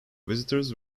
visitors